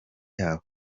yabo